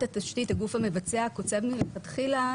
התשתית הגוף המבצע קוצבת מלכתחילה,